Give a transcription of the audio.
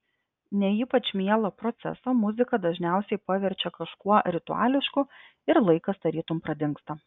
ne ypač mielą procesą muzika dažniausiai paverčia kažkuo rituališku ir laikas tarytum pradingsta